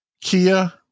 Kia